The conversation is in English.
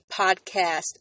podcast